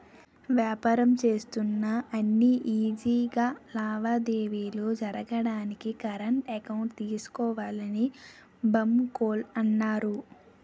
వ్యాపారం చేస్తున్నా అని ఈజీ గా లావాదేవీలు జరగడానికి కరెంట్ అకౌంట్ తీసుకోవాలని బాంకోల్లు అన్నారు